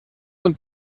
und